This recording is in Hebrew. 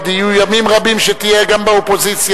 עוד יהיו ימים רבים שתהיה גם באופוזיציה,